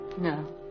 No